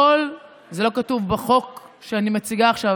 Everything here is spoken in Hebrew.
זה לא כתוב בחוק שאני מציגה עכשיו,